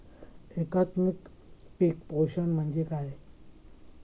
एकात्मिक पीक पोषण म्हणजे काय असतां?